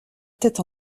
tête